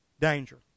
danger